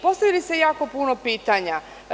Postavili ste jako puno pitanja.